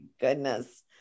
goodness